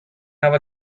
have